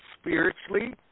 spiritually